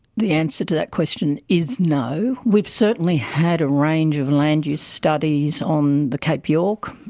the answer to that question is no. we've certainly had a range of land-use studies on the cape york,